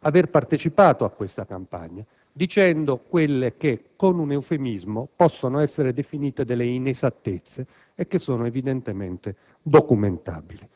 aver partecipato a questa campagna, affermando cose che, con un eufemismo, possono essere definite delle inesattezze e che come tali sono documentabili.